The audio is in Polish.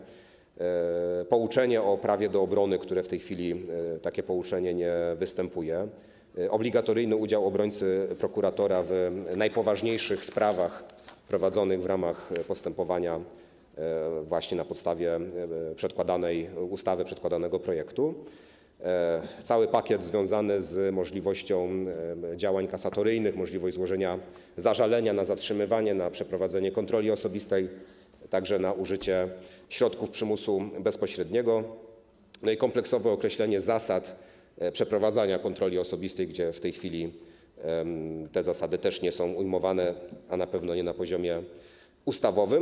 Mamy tu również pouczenie o prawie do obrony, które w tej chwili nie występuje, obligatoryjny udział obrońcy, prokuratora w najpoważniejszych sprawach prowadzonych w ramach postępowania na podstawie przedkładanej ustawy, przedkładanego projektu, cały pakiet związany z możliwością działań kasatoryjnych, czyli możliwość złożenia zażalenia na zatrzymywanie, na przeprowadzenie kontroli osobistej, także na użycie środków przymusu bezpośredniego, i kompleksowe określenie zasad przeprowadzania kontroli osobistej, gdzie w tej chwili te zasady też nie są ujmowane, a na pewno nie na poziomie ustawowym.